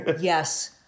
Yes